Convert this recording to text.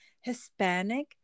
Hispanic